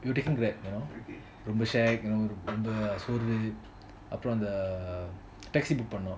we were taking grab you know we were shag ரொம்ப சோர்வு அப்புறம் அந்த:romba sorvu apram antha taxi book பண்ணோம்:pannom